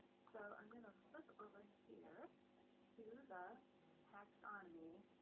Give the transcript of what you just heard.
so, i'm gonna flip over here to the taxonomy.